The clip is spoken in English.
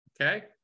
okay